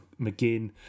McGinn